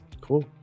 cool